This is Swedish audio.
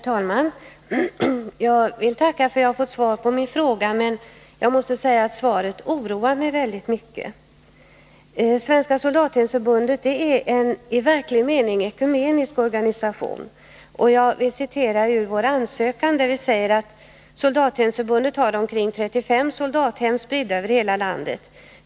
Herr talman! Jag vill tacka, för jag har fått svar på min fråga. Men jag måste säga att svaret oroar mig väldigt mycket. Svenska soldathemsförbundet är en i verklig mening ekumenisk organisation. Jag vill citera ur vår ansökan, där vi säger: ”Soldathemsförbundet har omkring 35 soldathem, spridda över hela landet.